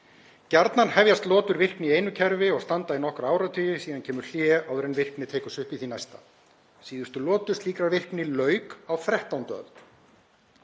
Gjarnan hefjast lotur virkni í einu kerfi og standa í nokkra áratugi, síðan kemur hlé áður en virkni tekur sig upp í því næsta. Síðustu lotu slíkrar virkni lauk á 13. öld.